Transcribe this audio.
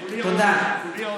כולי אוזן.